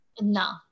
No